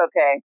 okay